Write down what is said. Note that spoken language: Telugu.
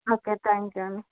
ఓకే థ్యాంక్ యూ అండి